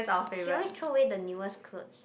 he always throw away the newest clothes